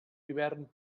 hivern